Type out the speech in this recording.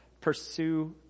Pursue